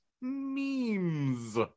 memes